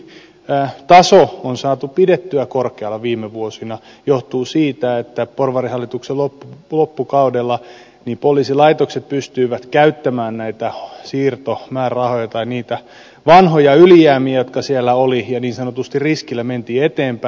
se miksi taso on saatu pidettyä korkealla viime vuosina johtuu siitä että porvarihallituksen loppukaudella poliisilaitokset pystyivät käyttämään näitä siirtomäärärahoja tai niitä vanhoja ylijäämiä jotka siellä olivat ja niin sanotusti riskillä mentiin eteenpäin